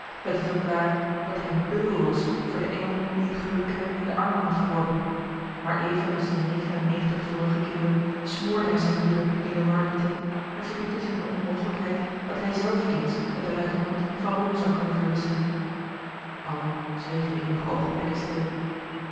met de verklaring dat hij een beul was voor de engel die het geluk hem in de armen had geworpen maar even als de negen en negentig vorige keeren smoorde hij zijn woede in de warme thee en verdiepte zich in de onmogelijkheid dat hij zelf eens met den luitenant van rol zou kunnen verwisselen allen zwegen eenige oogenblikken stil